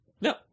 No